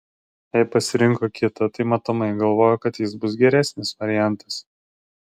jei pasirinko kitą tai matomai galvojo kad jis bus geresnis variantas